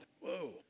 Whoa